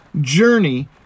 journey